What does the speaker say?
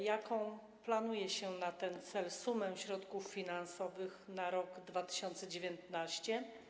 Jaką planuje się na ten cel sumę środków finansowych na rok 2019?